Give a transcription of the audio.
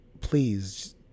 please